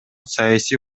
саясий